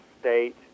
state